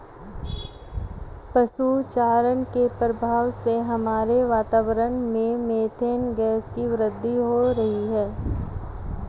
पशु चारण के प्रभाव से हमारे वातावरण में मेथेन गैस की वृद्धि हो रही है